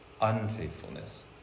unfaithfulness